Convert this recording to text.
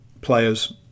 players